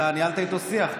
אתה ניהלת איתו שיח.